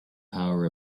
power